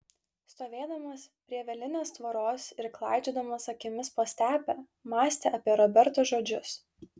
stovėdamas prie vielinės tvoros ir klaidžiodamas akimis po stepę mąstė apie roberto žodžius